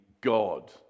God